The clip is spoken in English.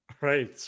Right